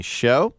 show